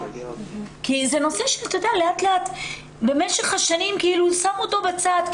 כי זה נושא שלאט לאט במשך השנים כאילו שמו אותו בצד,